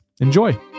Enjoy